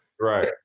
Right